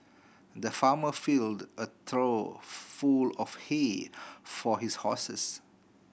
the farmer filled a trough full of hay for his horses